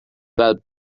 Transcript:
fel